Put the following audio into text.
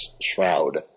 shroud